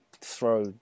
throw